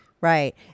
right